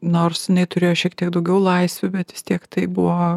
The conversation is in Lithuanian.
nors jinai turėjo šiek tiek daugiau laisvių bet vis tiek tai buvo